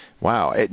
Wow